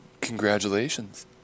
Congratulations